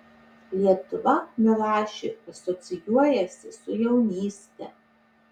lietuva milašiui asocijuojasi su jaunyste